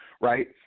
right